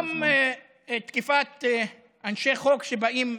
וגם תקיפת אנשי חוק שבאים